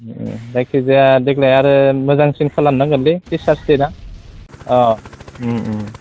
जायखिजाया देग्लाय आरो मोजांसिन खालामनांगोन लै टिचार्स दे ना अ